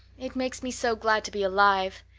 it makes me so glad to be alive.